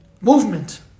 movement